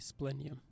splenium